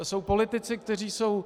Jsou politici, kteří jsou...